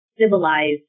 civilized